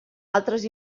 altres